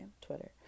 Twitter